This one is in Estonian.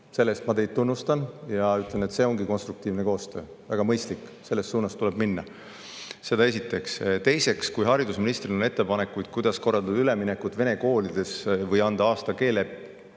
Selle eest ma teid tunnustan ja ütlen, et see ongi konstruktiivne koostöö, väga mõistlik, selles suunas tuleb minna. Seda esiteks. Teiseks, kui haridusministril on ettepanekuid, kuidas korraldada üleminekut vene koolides, või ettepanek